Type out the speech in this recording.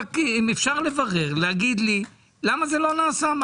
אם אפשר לברר ולהגיד לי למה זה לא נעשה,